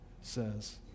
says